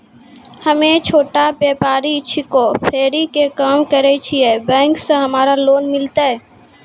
हम्मे छोटा व्यपारी छिकौं, फेरी के काम करे छियै, बैंक से हमरा लोन मिलतै?